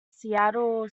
seattle